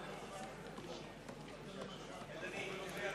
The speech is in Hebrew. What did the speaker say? אין הסתייגויות.